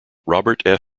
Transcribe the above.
robert